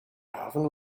haven